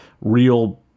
real